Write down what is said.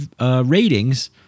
ratings